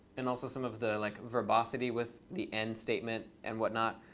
and also some of the like verbosity with the end statement and whatnot,